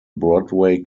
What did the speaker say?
broadway